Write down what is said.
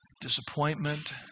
disappointment